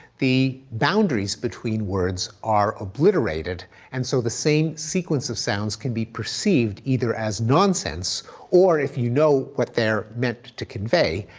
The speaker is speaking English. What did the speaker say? the boundaries between words are obliterated and so the same sequence of sounds can be perceived either as nonsense or if you know what they're meant to convey,